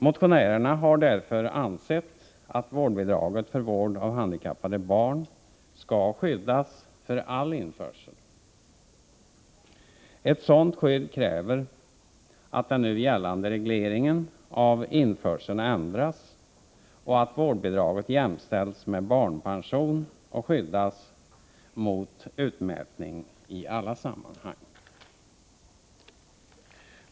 Motionärerna har därför ansett att vårdbidraget för vård av handikappat barn skall skyddas för all införsel. Ett sådant skydd kräver att den nu gällande regleringen av införseln ändras och att vårdbidraget jämställs med barnpension och skyddas mot utmätning i alla sammanhang.